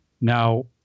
Now